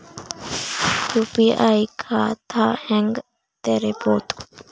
UPI ಖಾತಾ ಹೆಂಗ್ ತೆರೇಬೋದು?